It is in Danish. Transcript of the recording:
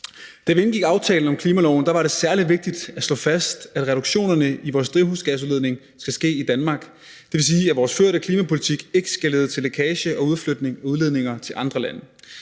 Da vi indgik aftalen om klimaloven, var det særlig vigtigt at slå fast, at reduktionerne i vores drivhusgasudledning skal ske i Danmark. Det vil sige, at vores førte klimapolitik ikke skal lede til lækage og udflytning af udledninger til andre lande.